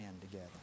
together